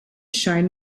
shine